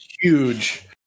huge